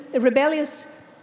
rebellious